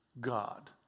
God